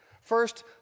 First